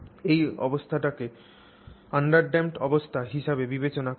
এই অবস্থাটিকে আনড্যাম্পড অবস্থা হিসাবে বিবেচনা করা হয়